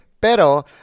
Pero